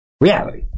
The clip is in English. Reality